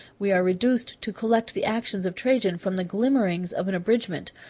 we are reduced to collect the actions of trajan from the glimmerings of an abridgment,